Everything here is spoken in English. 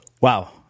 wow